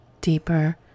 deeper